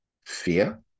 fear